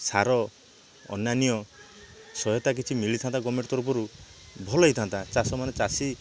ସାର ଅନାନ୍ୟ ସହାୟତା କିଛି ମିଳିଥାନ୍ତା ଗଭର୍ଣ୍ଣମେଣ୍ଟ ତରଫରୁ ଭଲ ହେଇଥାନ୍ତା ଚାଷ ମାନେ ଚାଷୀ